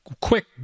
Quick